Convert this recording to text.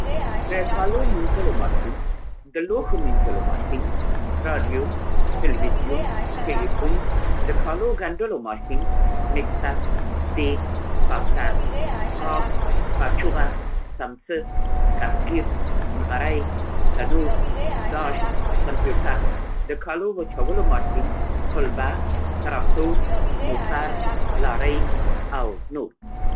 ۱۶ د کالو مینځلو ماشین، د لوښو مینځلو ماشین، راډیو، ټلویزیون، ټیلیفون، د کالو ګنډلو ماشین، میکسر، دېګ، کاسه، قاب، کاچوغه، څمڅه، کفګیر، نغری، تنور، داش، کمپیوټر، د کالو وچولو ماشین، قلبه، تراکتور، موټر، لارۍ او نور.